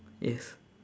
yes